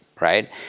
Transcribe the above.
right